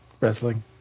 wrestling